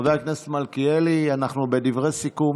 חבר הכנסת מלכיאלי, אנחנו בדברי סיכום.